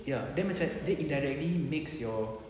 ya then macam indirectly makes your